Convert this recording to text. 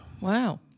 Wow